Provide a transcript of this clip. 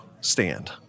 stand